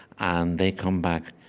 and they come back,